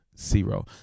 zero